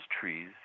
trees